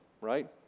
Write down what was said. right